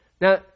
Now